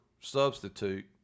substitute